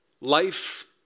Life